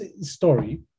story